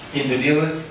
introduce